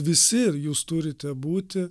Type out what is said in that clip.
visi jūs turite būti